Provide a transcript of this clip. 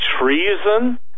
treason